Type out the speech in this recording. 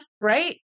right